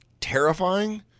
terrifying